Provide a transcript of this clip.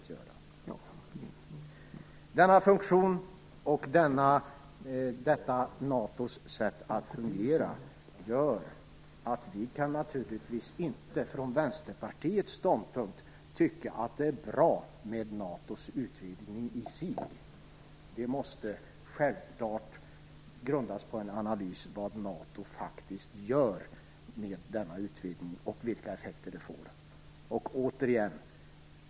NATO:s funktion gör att vi från Vänsterpartiets ståndpunkt naturligtvis inte kan tycka att NATO:s utvidgning i sig är bra. Ståndpunkten måste självklart grundas på en analys av vad NATO faktiskt kommer att göra vid en utvidgning, och vilka effekter en sådan får.